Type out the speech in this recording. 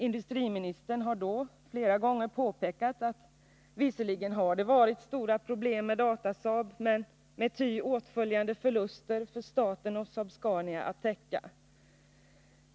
Industriministern påpekade då vid flera tillfällen att det visserligen har varit stora problem med Datasaab med ty åtföljande förluster för staten och Saab-Scania att täcka.